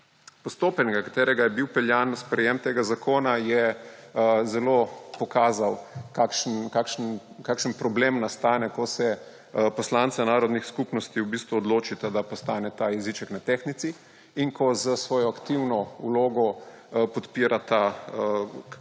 postopanja, na katerega je bil peljan sprejem tega zakona, je zelo pokazal, kakšen problem nastane, ko se poslanca narodnih skupnosti v bistvu odločita, da postaneta jeziček na tehtnici in ko s svojo aktivno vlogo podpirata